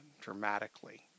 dramatically